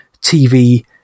TV